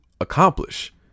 accomplish